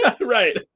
Right